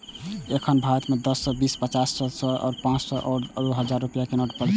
एखन भारत मे दस, बीस, पचास, सय, दू सय, पांच सय आ दू हजार रुपैया के नोट प्रचलन मे छै